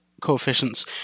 coefficients